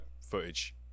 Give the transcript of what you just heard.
footage